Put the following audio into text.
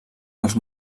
els